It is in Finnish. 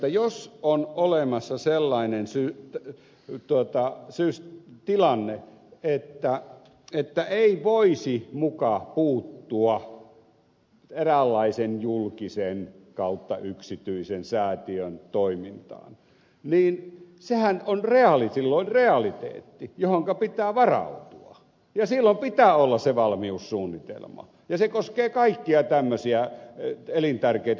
jos on olemassa sellainen tilanne että ei voisi muka puuttua eräänlaisen julkisen tai yksityisen säätiön toimintaan niin sehän on silloin realiteetti johonka pitää varautua ja silloin pitää olla se valmiussuunnitelma ja se koskee kaikkia tämmöisiä elintärkeitä instituutioita